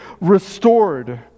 restored